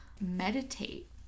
Meditate